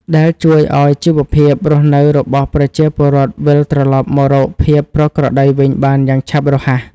ដែលជួយឱ្យជីវភាពរស់នៅរបស់ប្រជាពលរដ្ឋវិលត្រឡប់មករកភាពប្រក្រតីវិញបានយ៉ាងឆាប់រហ័ស។